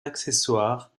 accessoires